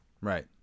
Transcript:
Right